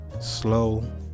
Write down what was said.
slow